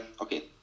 okay